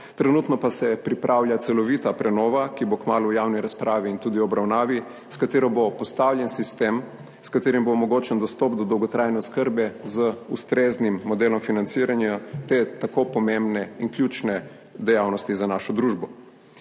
Trenutno pa se pripravlja celovita prenova, ki bo kmalu v javni razpravi in tudi v obravnavi, s katero bo postavljen sistem, s katerim bo omogočen dostop do dolgotrajne oskrbe z ustreznim modelom financiranja te tako pomembne in ključne dejavnosti za našo družbo.